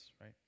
right